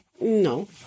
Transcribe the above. No